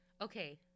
Okay